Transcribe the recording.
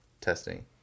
testing